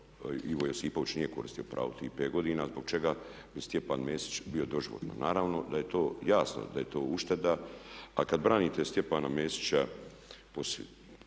Ivo Josipović nije koristio pravo tih pet godina, zbog čega bi Stjepan Mesić bio doživotno? Naravno da je to jasno, da je to ušteda a kad branite Stjepana Mesića, sve